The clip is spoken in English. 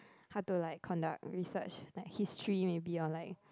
how to like conduct research like history maybe or like